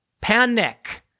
Panic